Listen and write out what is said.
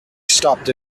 stopped